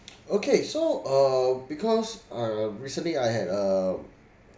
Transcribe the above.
okay so uh because err recently I had a